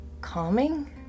calming